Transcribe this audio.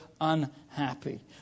unhappy